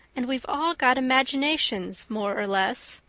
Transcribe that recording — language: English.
and we've all got imaginations, more or less.